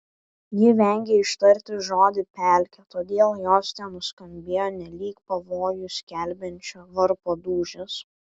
ji vengė ištarti žodį pelkė todėl jos ten nuskambėjo nelyg pavojų skelbiančio varpo dūžis